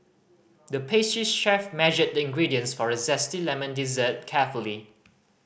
the pastry chef measured the ingredients for a zesty lemon dessert carefully